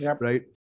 right